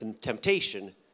temptation